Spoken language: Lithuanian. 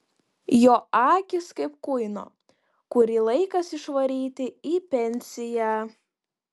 jo akys kaip kuino kurį laikas išvaryti į pensiją